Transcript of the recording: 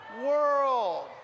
world